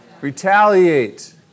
Retaliate